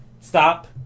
stop